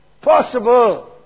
possible